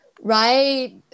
right